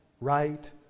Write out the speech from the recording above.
right